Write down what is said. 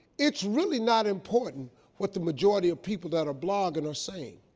it's really not important what the majority of people that are blogging are saying.